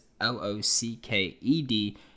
L-O-C-K-E-D